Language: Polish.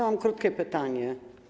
Mam krótkie pytanie.